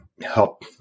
help